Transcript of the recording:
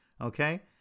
okay